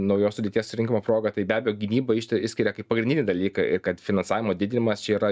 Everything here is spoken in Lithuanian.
naujos sudėties surinkimo proga tai be abejo gynybą išti išskiria kaip pagrindinį dalyką kad finansavimo didijimas čia yra